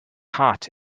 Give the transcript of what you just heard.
hat